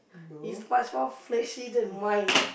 is much more fleshy than mine